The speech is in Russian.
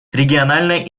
региональная